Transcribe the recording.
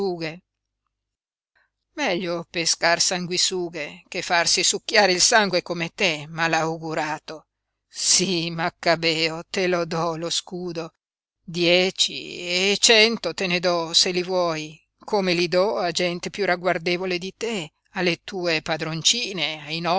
meglio pescar sanguisughe che farsi succhiare il sangue come te malaugurato sí maccabeo te lo do lo scudo dieci e cento te ne do se li vuoi come li do a gente piú ragguardevole di te alle tue padroncine